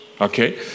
Okay